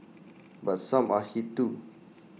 but some are hit too